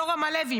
יורם הלוי,